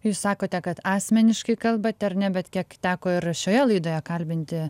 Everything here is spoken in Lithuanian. jūs sakote kad asmeniškai kalbate ar ne bet kiek teko ir šioje laidoje kalbinti